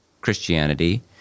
Christianity